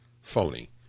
phony